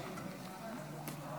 כבוד היושב-ראש,